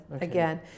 again